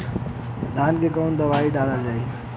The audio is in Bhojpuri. धान मे कवन दवाई डालल जाए?